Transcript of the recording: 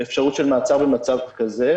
אפשרות של מעצר במצב כזה.